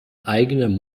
eigenen